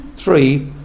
Three